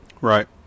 Right